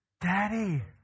Daddy